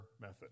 method